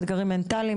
אתגרים מנטליים,